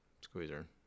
Squeezer